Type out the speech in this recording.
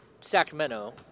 Sacramento